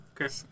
Okay